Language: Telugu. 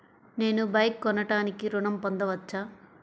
నేను బైక్ కొనటానికి ఋణం పొందవచ్చా?